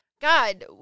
God